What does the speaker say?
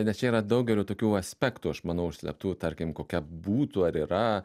nes čia yra daugelio tokių aspektų aš manau užslėptų tarkim kokia būtų ar yra